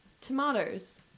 tomatoes